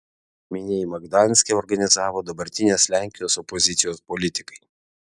minėjimą gdanske organizavo dabartinės lenkijos opozicijos politikai